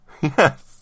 Yes